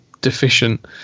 deficient